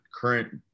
current